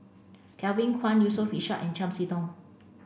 Kevin Kwan Yusof Ishak and Chiam See Tong